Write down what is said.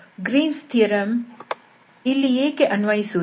Green's theorem Green's theorem ಇಲ್ಲಿ ಏಕೆ ಅನ್ವಯಿಸುವುದಿಲ್ಲ